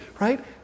right